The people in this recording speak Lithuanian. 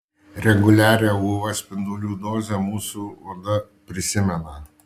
reguliarią uv spindulių dozę mūsų oda prisimena